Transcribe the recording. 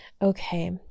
Okay